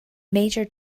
major